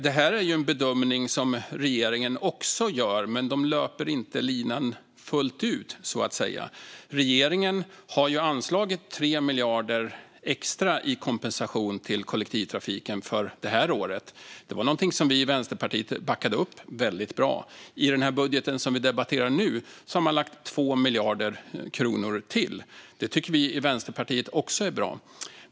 Det är en bedömning som också regeringen gör, men de löper inte linan fullt ut, så att säga. Regeringen har ju anslagit 3 miljarder extra i kompensation till kollektivtrafiken för i år. Det var någonting som vi i Vänsterpartiet backade upp. I den budget som vi debatterar nu har 2 miljarder kronor lagts till. Det tycker vi i Vänsterpartiet också är bra.